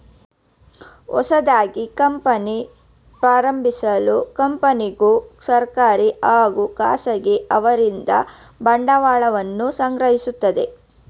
ಹೊಸದಾಗಿ ಕಂಪನಿ ಪ್ರಾರಂಭಿಸಲು ಕಂಪನಿಗೂ ಸರ್ಕಾರಿ ಹಾಗೂ ಖಾಸಗಿ ಅವರಿಂದ ಬಂಡವಾಳವನ್ನು ಸಂಗ್ರಹಿಸುತ್ತದೆ